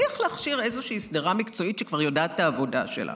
איזושהי שדרה מקצועית שכבר יודעת את העבודה שלה.